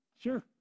sure